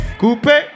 coupe